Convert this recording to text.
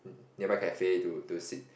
nearby cafe to to sit